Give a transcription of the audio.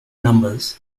numbers